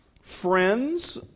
friends